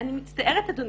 אני מצטערת אדוני,